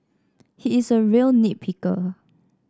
he is a real nit picker